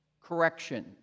correction